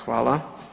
Hvala.